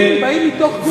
שגרירים באים מתוך גוף,